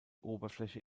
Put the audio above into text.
oberfläche